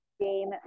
game